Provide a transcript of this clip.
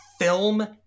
Film